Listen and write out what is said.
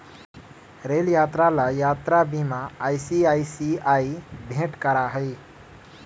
rail यात्रा ला यात्रा बीमा आई.सी.आई.सी.आई भेंट करा हई